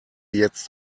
jetzt